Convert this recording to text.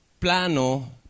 plano